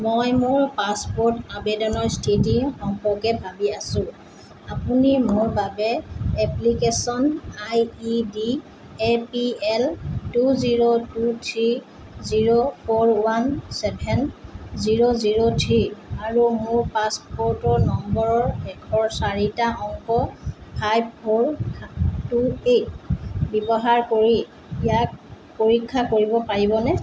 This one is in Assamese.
মই মোৰ পাছপ'ৰ্ট আবেদনৰ স্থিতি সম্পৰ্কে ভাবি আছোঁ আপুনি মোৰ বাবে application ID B A P L two zero two three zero four one seven zero zero three আৰু মোৰ পাছপ'ৰ্টৰ নম্বৰৰ শেষৰ চাৰিটা অংক ফাইভ ফ'ৰ টু এইট ব্যৱহাৰ কৰি ইয়াক পৰীক্ষা কৰিব পাৰিবনে